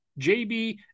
jb